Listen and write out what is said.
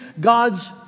God's